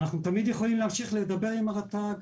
אנחנו תמיד יכולים להמשיך לדבר עם הרט"ג,